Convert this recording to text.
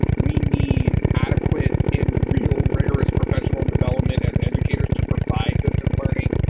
we need adequate and real rigorous professional and development as educators to provide distance learning.